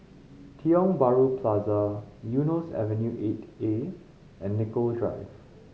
Tiong Bahru Plaza Eunos Avenue Eight A and Nicoll Drive